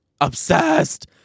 Obsessed